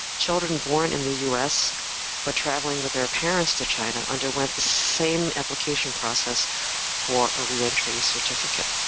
children born in the us but traveling with their parents to china underwent the same application process for a re-entry certificate.